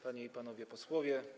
Panie i Panowie Posłowie!